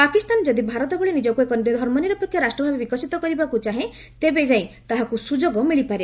ପାକିସ୍ତାନ ଯଦି ଭାରତ ଭଳି ନିଜକୁ ଏକ ଧର୍ମନିରପେକ୍ଷ ରାଷ୍ଟ୍ରଭାବେ ବିକଶିତ କରିବାକୁ ଚାହେଁ ତେବେ ଯାଇଁ ତାହାକୁ ସୁଯୋଗ ମିଳିପାରେ